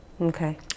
Okay